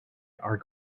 are